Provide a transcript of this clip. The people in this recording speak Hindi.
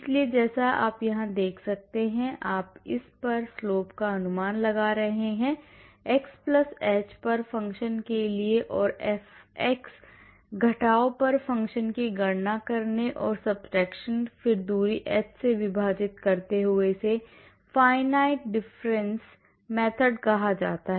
इसलिए जैसा कि आप यहां देख सकते हैं कि आप इस जगह पर slope का अनुमान लगा रहे हैं x h पर फ़ंक्शन लेकर और fx घटाव पर फ़ंक्शन की गणना करके और subtraction फिर दूरी h से विभाजित करते हुए इसे finite difference method कहा जाता है